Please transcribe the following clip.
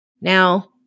Now